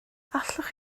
allwch